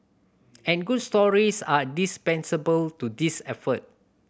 and good stories are dispensable to this effort